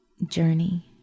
journey